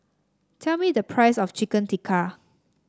tell me the price of Chicken Tikka